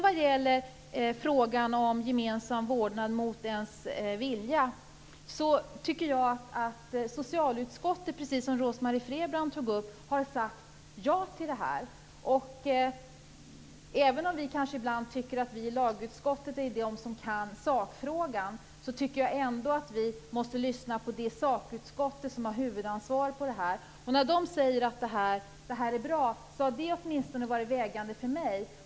Vad gäller frågan om gemensam vårdnad mot ens vilja har ju socialutskottet, precis som Rose-Marie Frebran tog upp, sagt ja till det här. Även om vi kanske ibland tycker att vi i lagutskottet är de som kan sakfrågan tycker jag ändå att vi måste lyssna på det fackutskott som har huvudansvaret här. När socialutskottet säger att detta är bra har det varit vägledande åtminstone för mig.